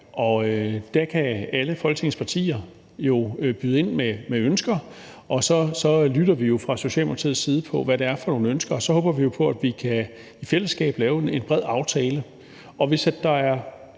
og der kan alle Folketingets partier jo byde ind med ønsker, og så lytter vi jo fra Socialdemokratiets side til, hvad det er for nogle ønsker. Og så håber vi jo på, at vi i fællesskab kan lave en bred aftale. Og hvis der er